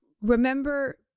remember